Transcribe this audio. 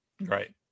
Right